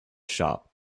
shop